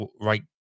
right